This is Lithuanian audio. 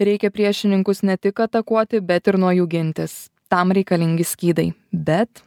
reikia priešininkus ne tik atakuoti bet ir nuo jų gintis tam reikalingi skydai bet